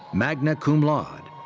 magna cum laude.